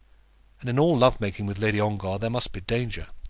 and in all love-making with lady ongar there must be danger.